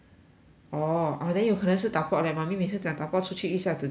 orh ah then 有可能是 dao pok leh mummy 每次讲 dao pok 出去一下子就回来 liao